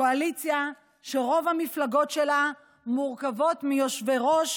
קואליציה שרוב המפלגות שלה מורכבות מיושבי-ראש